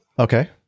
Okay